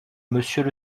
monsieur